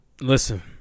Listen